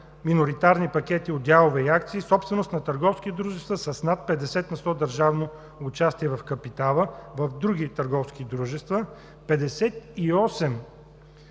миноритарни пакети от акции или дялове, собственост на търговски дружества с над 50 на сто държавно участие в капитала в други търговски дружества; 58